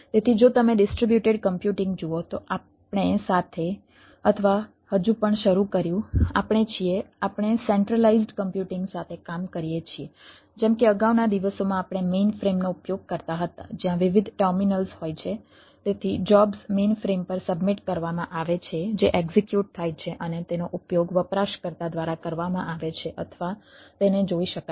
તેથી જો તમે ડિસ્ટ્રિબ્યુટેડ કમ્પ્યુટિંગ જુઓ તો આપણે સાથે અથવા હજુ પણ શરૂ કર્યું આપણે છીએ આપણે સેન્ટ્રલાઇઝ્ડ કમ્પ્યુટિંગ થાય છે અને તેનો ઉપયોગ વપરાશકર્તા દ્વારા કરવામાં આવે છે અથવા તેને જોઈ શકાય છે